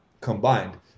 combined